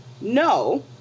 No